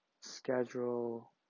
schedule